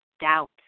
doubt